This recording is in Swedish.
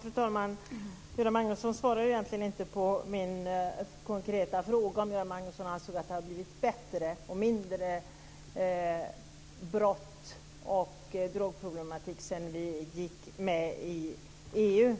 Fru talman! Göran Magnusson svarar egentligen inte på min konkreta fråga om Göran Magnusson ansåg att det hade blivit bättre och mindre brott och drogproblematik sedan vi gick med i EU.